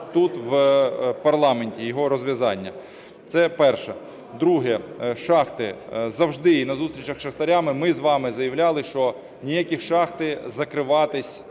тут, у парламенті, його розв'язання. Це перше. Друге – шахти. Завжди і на зустрічах з шахтарями ми з вами заявляли, що ніякі шахти закриватись